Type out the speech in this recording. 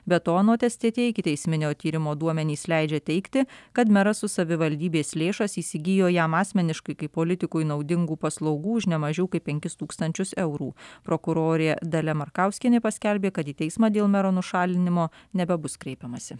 be to anot stt ikiteisminio tyrimo duomenys leidžia teigti kad meras už savivaldybės lėšas įsigijo jam asmeniškai kaip politikui naudingų paslaugų už nemažiau kaip penkis tūkstančius eurų prokurorė dalia markauskienė paskelbė kad į teismą dėl mero nušalinimo nebebus kreipiamasi